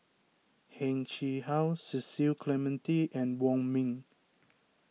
Heng Chee How Cecil Clementi and Wong Ming